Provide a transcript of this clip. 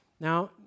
now